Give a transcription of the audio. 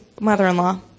mother-in-law